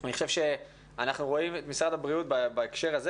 אני חושב שאנחנו רואים את משרד הבריאות בהקשר הזה